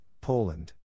Poland